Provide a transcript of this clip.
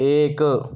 एक